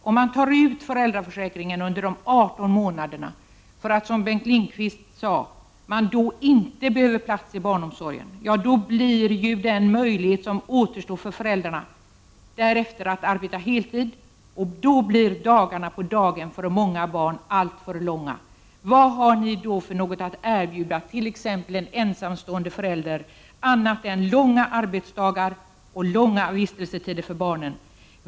Om man använder föräldraförsäkringen under de 18 månaderna för att man, som Bengt Lindqvist sade, då inte behöver plats i barnomsorgen, så blir ju den möjlighet som återstår för föräldrarna därefter att arbeta heltid, och då blir dagarna på daghem för många barn alltför långa. Vad har ni då att erbjuda t.ex. en ensamstående förälder annat än långa arbetsdagar och långa vistelsetider för barnen?